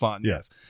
yes